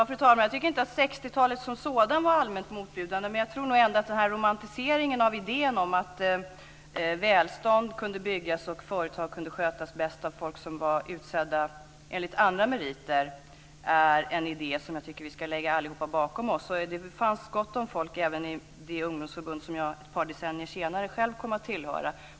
Fru talman! Jag tycker inte att 60-talet som sådant var allmänt motbjudande. Men jag tror nog ändå att romantiseringen av idén om att välstånd kunde byggas och företag skötas bäst av folk som var utsedda enligt andra meriter är något som vi allihop ska lägga bakom oss. Det fanns gott om folk även i det ungdomsförbund som jag själv ett par decennier senare kom att tillhöra.